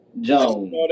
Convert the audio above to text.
Jones